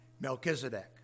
Melchizedek